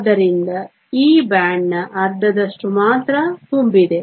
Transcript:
ಆದ್ದರಿಂದ ಈ ಬ್ಯಾಂಡ್ನ ಅರ್ಧದಷ್ಟು ಮಾತ್ರ ತುಂಬಿದೆ